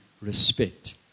respect